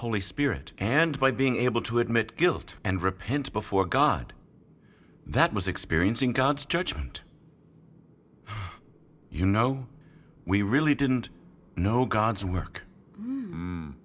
holy spirit and by being able to admit guilt and repent before god that was experiencing god's judgment you know we really didn't know god's work